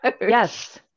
Yes